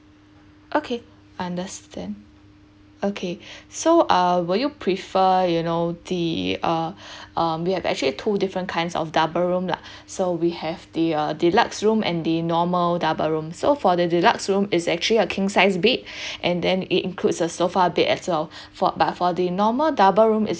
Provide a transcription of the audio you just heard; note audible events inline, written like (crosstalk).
okay understand okay (breath) so uh would you prefer you know the uh (breath) um we have actually two different kinds of double room lah so we have the uh deluxe room and the normal double room so for the deluxe room is actually a king sized bed (breath) and then it includes a sofa bed as well (breath) for but for the normal double room is